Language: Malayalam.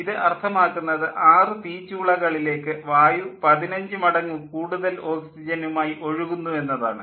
ഇത് അർത്ഥമാക്കുന്നത് ആറ് തീച്ചൂളകളിലേക്ക് വായു പതിനഞ്ചു മടങ്ങ് കൂടുതൽ ഓക്സിജനുമായി ഒഴുകുന്നു എന്നാണ്